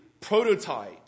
prototype